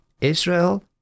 Israel